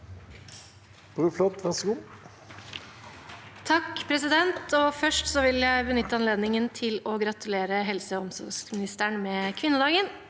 (H) Først vil jeg benytte anledningen til å gratulere helse- og omsorgsministeren med kvinnedagen.